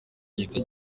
yita